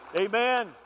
Amen